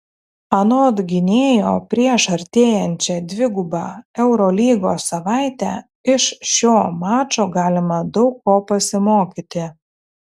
anot gynėjo prieš artėjančią dvigubą eurolygos savaitę iš šio mačo galima daug ko pasimokyti